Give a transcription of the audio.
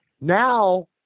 Now